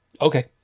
Okay